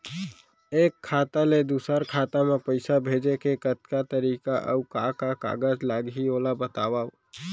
एक खाता ले दूसर खाता मा पइसा भेजे के कतका तरीका अऊ का का कागज लागही ओला बतावव?